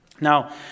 Now